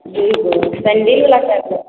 जी बोलू सेंडिल